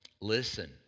Listen